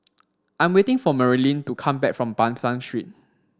I'm waiting for Marylin to come back from Ban San Street